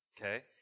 Okay